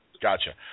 Gotcha